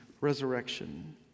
resurrection